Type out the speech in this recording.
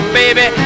baby